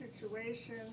situation